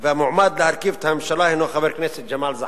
והמועמד להרכיב את הממשלה הינו חבר הכנסת ג'מאל זחאלקה.